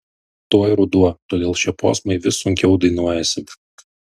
tuoj ruduo todėl šie posmai vis sunkiau dainuojasi